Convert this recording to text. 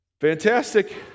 Fantastic